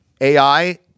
AI